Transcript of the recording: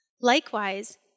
Likewise